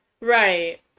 Right